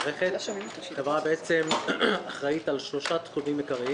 המערכת בע"מ בהתאם לסעיף 10 לחוק החברות הממשלתיות,